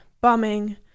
bombing